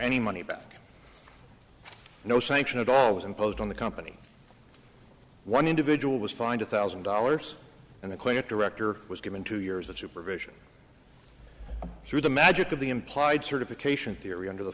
any money back no sanction at all was imposed on the company one individual was fined a thousand dollars and the clinic director was given two years of supervision through the magic of the implied certification theory under the